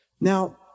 Now